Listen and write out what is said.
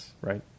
right